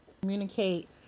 communicate